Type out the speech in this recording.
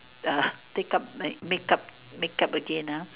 uh take up like make up make up again ah